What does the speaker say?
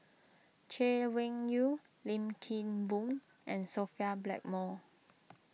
Chay Weng Yew Lim Kim Boon and Sophia Blackmore